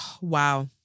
Wow